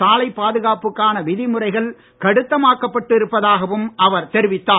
சாலை பாதுகாப்புக்கான விதிமுறைகள் கடுத்தமாக்கப்பட்டு இருப்பதாகவும் அவர் தெரிவித்தார்